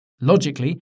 Logically